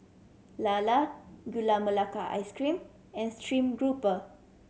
lala Gula Melaka Ice Cream and stream grouper